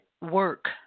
Work